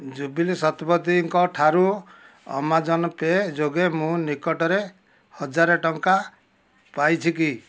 ଜୁବ୍ଲି ଶତପଥୀଙ୍କ ଠାରୁ Amazon Pay ଯୋଗେ ମୁଁ ନିକଟରେ ହଜାରେ ଟଙ୍କା ପାଇଛି କି